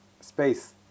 space